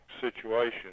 situation